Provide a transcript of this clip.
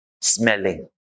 smelling